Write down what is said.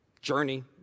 journey